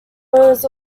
was